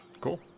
Cool